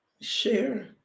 Share